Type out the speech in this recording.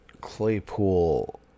Claypool